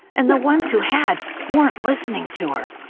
and the ones who had weren't listening to her.